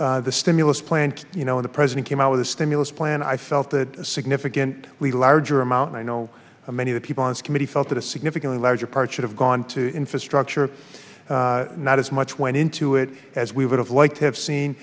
it the stimulus plan you know when the president came out with a stimulus plan i felt that significant we larger amount and i know many of the people and committee felt that a significantly larger part should have gone to infrastructure not as much went into it as we would have liked to have seen